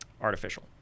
artificial